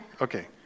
Okay